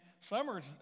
summer's